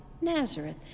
Nazareth